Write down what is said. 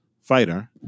fighter